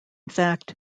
fact